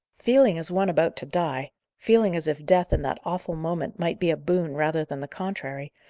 feeling as one about to die feeling as if death, in that awful moment, might be a boon, rather than the contrary,